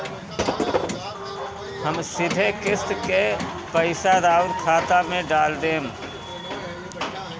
हम सीधे किस्त के पइसा राउर खाता में डाल देम?